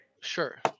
Sure